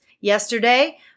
Yesterday